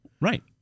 Right